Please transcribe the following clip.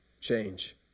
change